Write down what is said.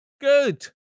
Good